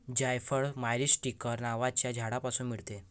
जायफळ मायरीस्टीकर नावाच्या झाडापासून मिळते